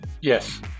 Yes